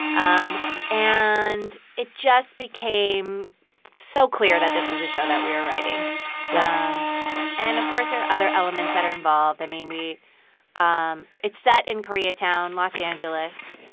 um and it just became so clear that this was the show that we were writing yeah um and of course, there are other elements that are involved. i mean, we um it's set in koreatown, los angeles.